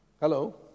Hello